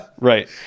Right